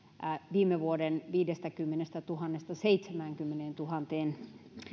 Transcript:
viime vuoden viidestäkymmenestätuhannesta seitsemäänkymmeneentuhanteen